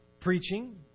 preaching